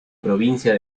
provincia